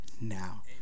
now